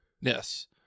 Yes